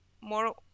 more